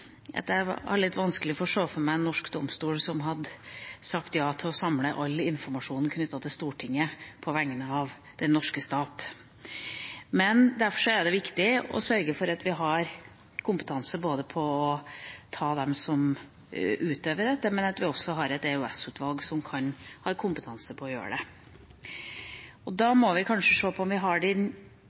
at jeg har litt vanskelig for å se for meg en norsk domstol som hadde sagt ja til å samle all informasjon knyttet til Stortinget på vegne av den norske stat. Derfor er det viktig å sørge for at vi har kompetanse til å ta dem som utøver dette, og at vi også har et EOS-utvalg som har kompetanse til å gjøre det. Da må vi kanskje se på om vi har den